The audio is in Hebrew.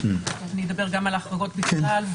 אני אדבר גם על החרגות בכלל,